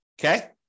Okay